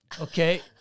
Okay